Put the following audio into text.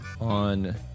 on